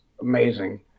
amazing